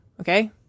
okay